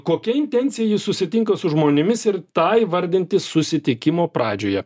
kokia intencija jis susitinka su žmonėmis ir tą įvardinti susitikimo pradžioje